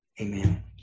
Amen